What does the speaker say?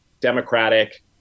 democratic